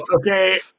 Okay